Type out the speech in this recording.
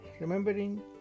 remembering